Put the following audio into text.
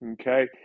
Okay